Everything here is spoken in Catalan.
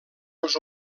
els